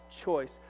choice